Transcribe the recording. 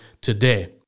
today